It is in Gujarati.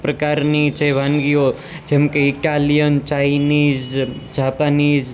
પ્રકારની જે વાનગીઓ જેમ કે ઇટાલિયન ચાઇનીઝ જાપાનીઝ